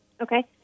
Okay